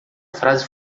frase